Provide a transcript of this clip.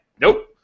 nope